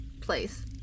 place